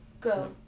Go